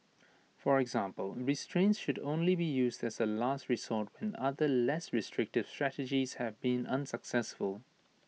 for example restraints should only be used as A last resort when other less restrictive strategies have been unsuccessful